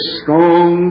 strong